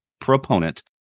proponent